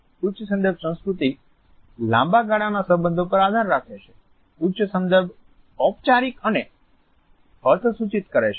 ઉચ્ચ સંદર્ભ સંસ્કૃતિ લાંબા ગાળાના સંબંધો પર આધાર રાખે છે ઉચ્ચ સંદર્ભ ઔપચારિક અને અર્થ સૂચિત કરે છે